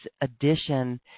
addition